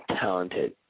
talented